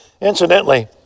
Incidentally